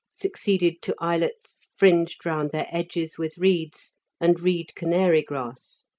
succeeded to islets, fringed round their edges with reeds and reed canary-grass.